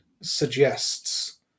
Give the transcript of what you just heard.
suggests